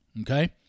okay